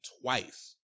twice